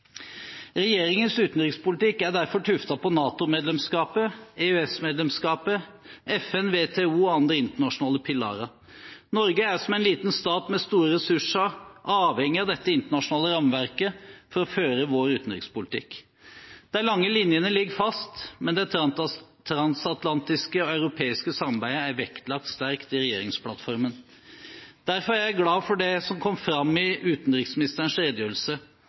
Regjeringens utenrikspolitikk er derfor tuftet på NATO-medlemskapet, EØS-medlemskapet, FN, WTO og andre internasjonale pilarer. Norge er, som en liten stat med store ressurser, avhengig av dette internasjonale rammeverket for å føre sin utenrikspolitikk. De lange linje ligger fast, men det transatlantiske og europeiske samarbeidet er vektlagt sterkt i regjeringsplattformen. Derfor er jeg glad for det som kom fram i utenriksministerens redegjørelse.